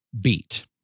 beat